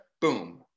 Boom